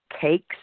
cakes